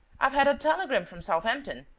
i've had a telegram from southampton!